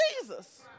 Jesus